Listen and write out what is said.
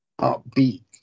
upbeat